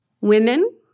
Women